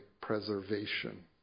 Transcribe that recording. preservation